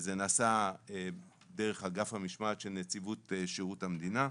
זה נעשה דרך אגף המשמעת של נציבות שירות המדינה,